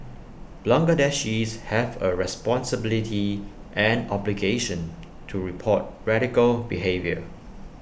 Bangladeshis have A responsibility and obligation to report radical behaviour